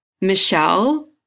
Michelle